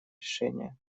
решения